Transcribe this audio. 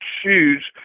shoes